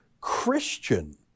Christian